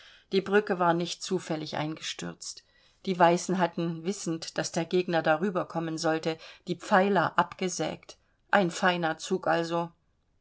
die brücke war nicht zufällig eingestürzt die weißen hatten wissend daß der gegner darüber kommen sollte die pfeiler abgesägt ein feiner zug also